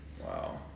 Wow